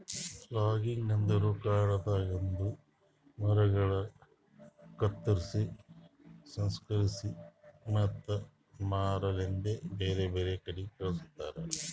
logging ಅಂದುರ್ ಕಾಡದಾಂದು ಮರಗೊಳ್ ಕತ್ತುರ್ಸಿ, ಸಂಸ್ಕರಿಸಿ ಮತ್ತ ಮಾರಾ ಸಲೆಂದ್ ಬ್ಯಾರೆ ಬ್ಯಾರೆ ಕಡಿ ಕಳಸ್ತಾರ